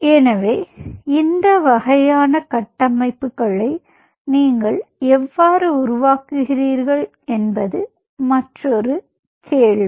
எனவே இந்த வகையான கட்டமைப்புகளை நீங்கள் எவ்வாறு உருவாக்குகிறீர்கள் என்பது மற்றொரு கேள்வி